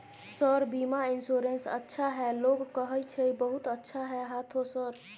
Sir बीमा insurance अच्छा है लोग कहै छै बहुत अच्छा है हाँथो सर?